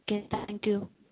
okay thank you